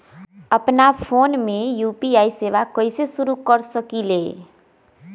अपना फ़ोन मे यू.पी.आई सेवा कईसे शुरू कर सकीले?